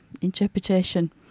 interpretation